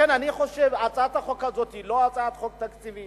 אני חושב שהצעת החוק היא לא הצעת חוק תקציבית,